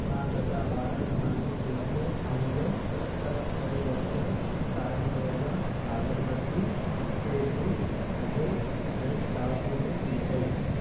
నా గత ఆర్డర్ మళ్ళీ చేస్తూ అందులో కట్ హరి దర్శన్ సాయి మ్రోగా అగరబత్తి చేర్చి హేజల్ బ్రెడ్ చాకుని తీసేయి